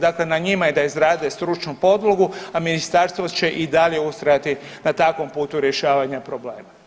Dakle, na njima je da izrade stručnu podlogu, a ministarstvo će i dalje ustrajati na takvom putu rješavanja problema.